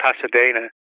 Pasadena